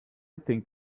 think